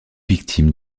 victimes